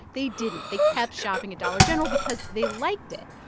they didn't. they kept shopping at dollar general because they liked it.